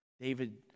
David